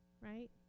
Right